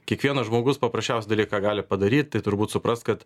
kiekvienas žmogus paprasčiausią dalyką gali padaryt tai turbūt suprast kad